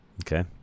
Okay